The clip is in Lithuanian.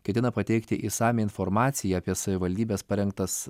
ketina pateikti išsamią informaciją apie savivaldybės parengtas